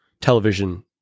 television